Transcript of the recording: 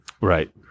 Right